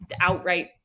outright